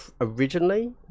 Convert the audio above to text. originally